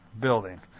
Building